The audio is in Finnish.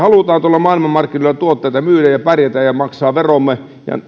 me haluamme tuolla maailmanmarkkinoilla tuotteita myydä ja pärjätä ja maksaa veromme